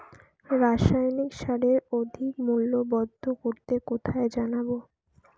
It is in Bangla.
রাসায়নিক সারের অধিক মূল্য বন্ধ করতে কোথায় জানাবো?